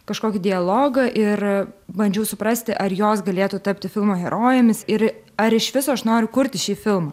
kažkokį dialogą ir bandžiau suprasti ar jos galėtų tapti filmo herojėmis ir ar iš viso aš noriu kurti šį filmą